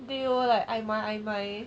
they all like ai mai ai mai